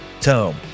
Tome